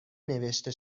نوشته